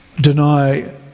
deny